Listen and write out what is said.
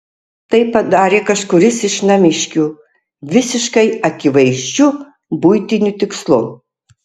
tai padarė kažkuris iš namiškių visiškai akivaizdžiu buitiniu tikslu